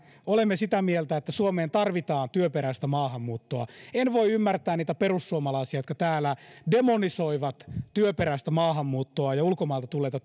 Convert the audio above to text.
olemme sitä mieltä että suomeen tarvitaan työperäistä maahanmuuttoa en voi ymmärtää niitä perussuomalaisia jotka täällä demonisoivat työperäistä maahanmuuttoa ja ulkomailta tulleita